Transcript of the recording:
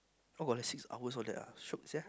oh got the six hours all that ah shiok sia